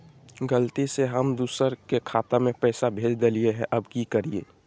गलती से हम दुसर के खाता में पैसा भेज देलियेई, अब की करियई?